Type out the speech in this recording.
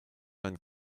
vingt